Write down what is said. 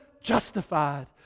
justified